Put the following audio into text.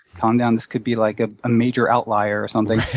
calm down. this could be like ah a major outlier or something.